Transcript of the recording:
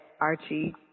Archie –